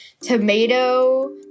tomato